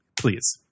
please